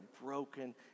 broken